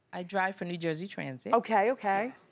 i drive for new jersey transit. okay, okay.